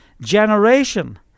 generation